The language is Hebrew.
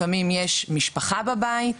לעיתים יש משפחה בבית,